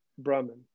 brahman